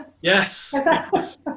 yes